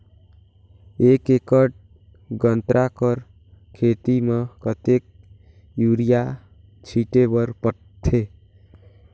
एक एकड़ गन्ना कर खेती म कतेक युरिया छिंटे बर पड़थे?